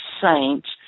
saints